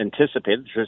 anticipated